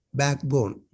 backbone